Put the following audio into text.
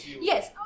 Yes